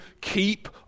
keep